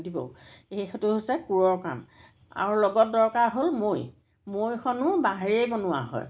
দিব সেইটো হৈছে কোৰৰ কাম আৰু লগত দৰকাৰ হ'ল মৈ মৈখনো বাঁহেৰেই বনোৱা হয়